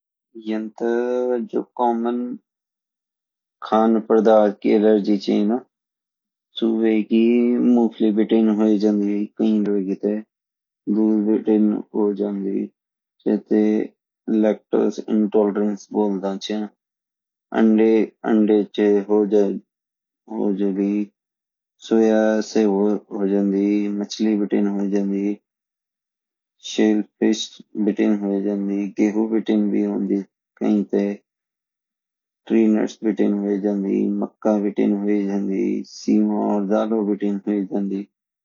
यन ता जो कम्मोम खान पदार्थ की अलजी सु हुइगी मुफ़ली बीतीं हो जांदी कई लोगोते दूध बीतीं हो जांदी तेते लैक्टोस इन्टॉलरेंस बोल्दा छा अंडे च होजान्डी सोया साई होजान्डी मछली तै होजान्डी शेलफिश बीतीं होजान्डी गयहु बीतीं भी होंदी कई लोगोटे पीनट्स बीतीं होजान्डु मक्का बीतीं हो जांदी सीमा और डालो बीतीं हो जांदी